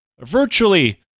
Virtually